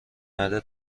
معده